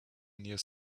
near